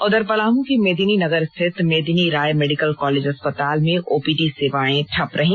उधर पलामू के मेदिनीनगर स्थित मेदिनी राय मेडिकल कालेज अस्पताल में ओपीडी सेवाएं ठप रहीं